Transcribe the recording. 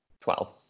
Twelve